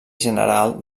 general